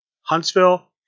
Huntsville